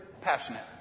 passionate